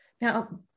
Now